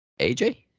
AJ